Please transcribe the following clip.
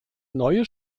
neue